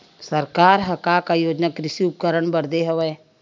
सरकार ह का का योजना कृषि उपकरण बर दे हवय?